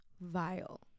vile